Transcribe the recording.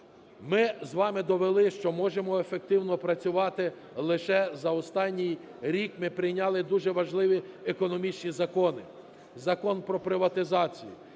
Ми з вами довели, що можемо ефективно працювати. Лише за останній рік ми прийняли дуже важливі економічні закони: Закон про приватизацію,